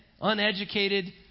uneducated